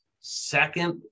second